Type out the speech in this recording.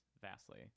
vastly